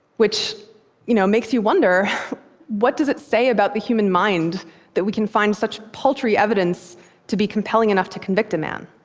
which you know makes you wonder what does it say about the human mind that we can find such paltry evidence to be compelling enough to convict a man?